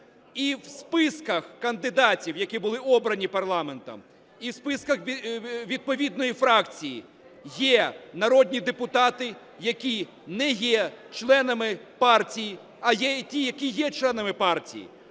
і в списках кандидатів, які були обрані парламентом, і в списках відповідної фракції є народні депутати, які не є членами партії, а є ті, які є членами партії,